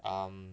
um